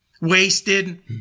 wasted